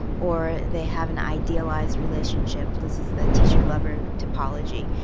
or they have an idealised relationship this is the teacher lover topology.